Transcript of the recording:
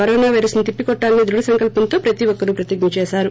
corona virus ను తిప్పికొట్టాలనే ధృడ సంకల్పంతో ప్రతి ఒక్కరూ ప్రతిజ్ఞ చేశారు